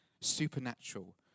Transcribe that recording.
supernatural